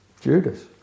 Judas